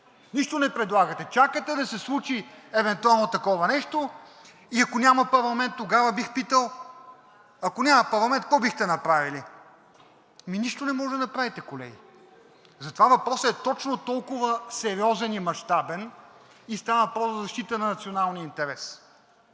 Нищо не предлагате. Чакате да се случи евентуално такова нещо и ако няма парламент, тогава бих питал: ако няма парламент, какво бихте направили? Ами нищо не може да направите, колеги! Затова въпросът е точно толкова сериозен и мащабен и става въпрос за защита на националния интерес.